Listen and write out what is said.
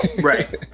right